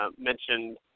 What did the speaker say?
mentioned